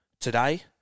today